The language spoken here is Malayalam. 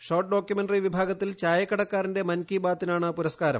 ഷോർട്ട് ഡോക്യുമെന്ററി വിഭാഗത്തിൽ ചായക്കടക്കാരന്റെ മൻ കീ ബാത്തിനാണ് പുരസ്കാരം